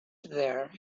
there